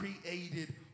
created